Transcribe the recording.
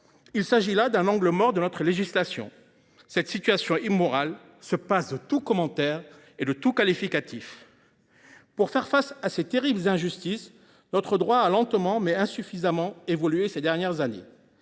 Il s’agit là d’un angle mort de notre législation. Cette situation immorale se passe de tout commentaire, de tout qualificatif. Pour faire face à ces terribles injustices, notre droit a lentement, mais insuffisamment évolué ces dernières décennies.